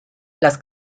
las